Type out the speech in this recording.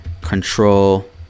control